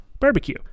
Barbecue